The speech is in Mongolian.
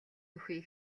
бүхий